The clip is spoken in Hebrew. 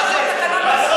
מה זה?